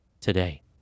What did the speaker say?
today